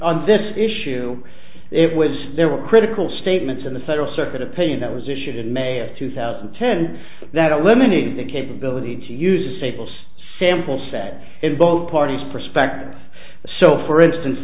on this issue it was there were critical statements in the federal circuit opinion that was issued in may of two thousand and ten that eliminated the capability to use tables sample sat in both parties perspective so for instance